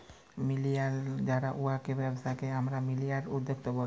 millennial যারা উয়াদের ব্যবসাকে আমরা মিলেলিয়াল উদ্যক্তা ব্যলি